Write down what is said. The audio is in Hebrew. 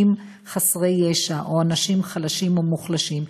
חסרי ישע או לאנשים חלשים או מוחלשים.